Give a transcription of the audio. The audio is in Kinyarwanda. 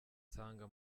nsanga